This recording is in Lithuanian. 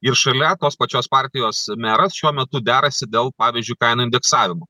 ir šalia tos pačios partijos meras šiuo metu derasi dėl pavyzdžiui kainų indeksavimo